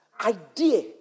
idea